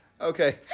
Okay